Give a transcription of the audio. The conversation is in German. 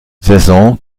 saison